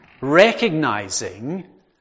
recognizing